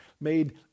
made